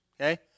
okay